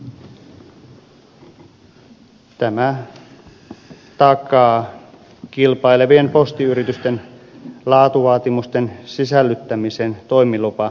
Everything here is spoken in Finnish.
tämä takaa kilpailevien postiyritysten laatuvaatimusten sisällyttämisen toimilupaehtoihin